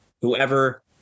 Whoever